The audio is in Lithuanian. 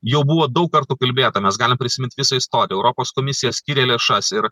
jau buvo daug kartų kalbėta mes galim prisimint visą istoriją europos komisija skyrė lėšas ir